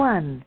One